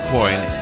Point